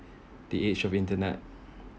the age of internet